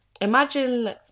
imagine